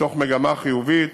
מתוך מגמה חיובית